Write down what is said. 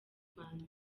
rwanda